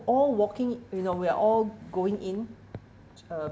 all walking you know we are all going in uh